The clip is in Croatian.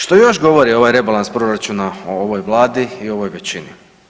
Što još govori ovaj rebalans proračuna o ovoj Vladi i o ovoj većini?